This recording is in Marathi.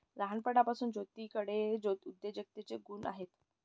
लहानपणापासून ज्योतीकडे उद्योजकतेचे गुण आहेत